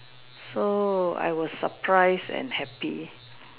so I was surprised and happy